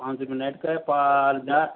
पाँच सौ रुपए नाईट का